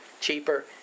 cheaper